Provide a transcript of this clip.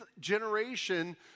generation